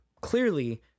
clearly